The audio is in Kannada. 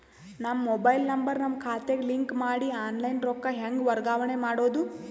ನನ್ನ ಮೊಬೈಲ್ ನಂಬರ್ ನನ್ನ ಖಾತೆಗೆ ಲಿಂಕ್ ಮಾಡಿ ಆನ್ಲೈನ್ ರೊಕ್ಕ ಹೆಂಗ ವರ್ಗಾವಣೆ ಮಾಡೋದು?